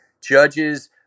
Judges